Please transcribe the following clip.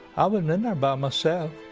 i wasn't in there by myself.